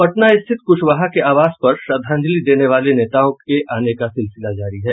पटना स्थित कृशवाहा के आवास पर श्रद्धांजलि देने वाले नेताओं के आने का सिलसिला जारी है